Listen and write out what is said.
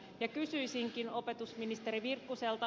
ja kysyisinkin opetusministeri virkkuselta